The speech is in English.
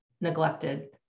neglected